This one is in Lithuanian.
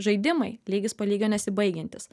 žaidimai lygis po lygio nesibaigiantys